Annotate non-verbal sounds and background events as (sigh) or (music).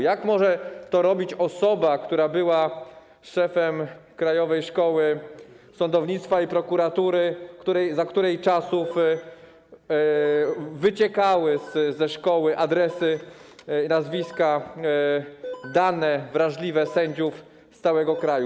Jak może to robić osoba, która była szefem Krajowej Szkoły Sądownictwa i Prokuratury, za której czasów (noise) wyciekały ze szkoły adresy, nazwiska, dane wrażliwe sędziów z całego kraju?